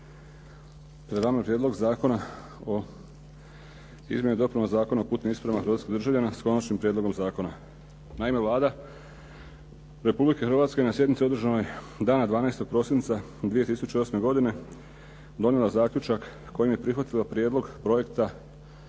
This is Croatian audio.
Pred nama je Prijedlog zakona o Izmjenama i dopunama Zakona o putnim ispravama hrvatskih državljana s konačnim prijedlogom zakona. Naime, Vlada Republike Hrvatske na sjednici održanoj dana 12. prosinca 2008. godine donijela je zaključak kojim je prihvatila prijedlog projekta